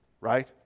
right